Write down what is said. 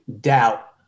doubt